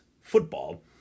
football